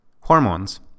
Hormones